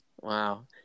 Wow